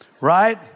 right